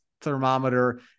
thermometer